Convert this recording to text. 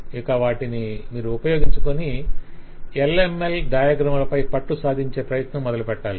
ఇక వాటిని ఉపయోగించుకోని మీరు UML డయాగ్రమ్ లపై పట్టు సాధించే ప్రయత్నం మొదలుపెట్టాలి